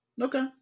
Okay